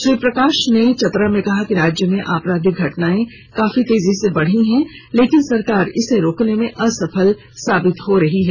श्री प्रकाश ने चतरा में कहा कि राज्य में आपराधिक घटनाएं काफी तेजी से बढ़ी है लेकिन सरकार इसे रोकने में असफल साबित हो रही है